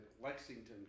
Lexington